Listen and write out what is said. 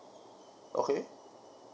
okay